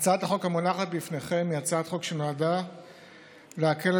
הצעת החוק המונחת בפניכם היא הצעת חוק שנועדה להקל על